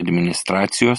administracijos